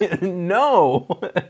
no